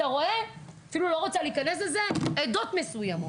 שאתה רואה אני אפילו לא רוצה להיכנס לזה עדות מסוימות.